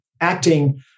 acting